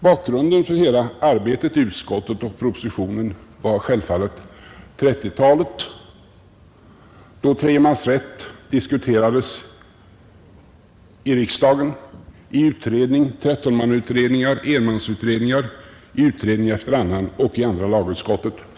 Bakgrunden till hela arbetet i utskottet och till propositionen var självfallet 1930-talet, då tredje mans rätt diskuterades som en följetong i riksdagen, i utredningar — 13-mannautredningar och enmansutredningar, den ena utredningen efter den andra — och i andra lagutskottet.